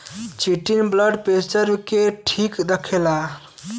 chitin blood pressure के ठीक रखला